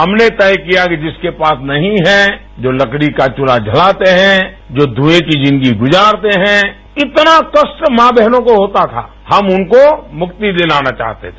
हमने तय किया कि जिसके पास नहीं है जो लकड़ी का चूल्हा जलाते हैं धुएं की जिंदगी गुजारते हैं इतना कष्ट मां बहनों को होता था हम उनको मुक्ति दिलाना चाहते हैं